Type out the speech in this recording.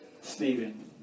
Stephen